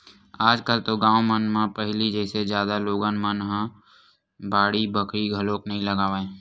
आज कल तो गाँव मन म पहिली जइसे जादा लोगन मन ह बाड़ी बखरी घलोक नइ लगावय